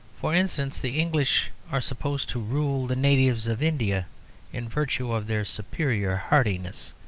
for instance, the english are supposed to rule the natives of india in virtue of their superior hardiness,